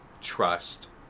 trust